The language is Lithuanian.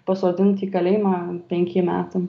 pasodint į kalėjimą penkiem metam